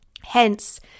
Hence